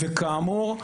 וכאמור,